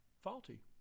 faulty